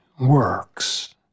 works